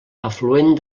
afluent